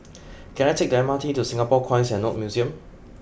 can I take the M R T to Singapore Coins and Notes Museum